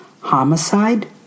homicide